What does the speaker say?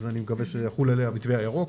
אז אני מקווה שיחול עליה המתווה הירוק.